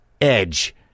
edge